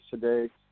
today